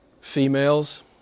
females